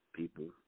people